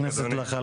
ההתקשרות